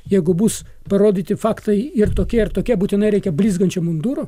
jeigu bus parodyti faktai ir tokie ir tokie būtinai reikia blizgančių mum durų